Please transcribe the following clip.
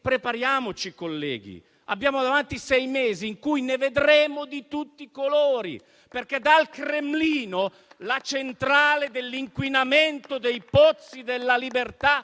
Prepariamoci, colleghi: abbiamo davanti sei mesi in cui ne vedremo di tutti i colori, perché dal Cremlino la centrale dell'inquinamento dei pozzi della libertà